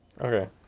Okay